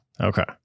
Okay